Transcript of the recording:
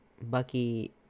Bucky